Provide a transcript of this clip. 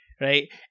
right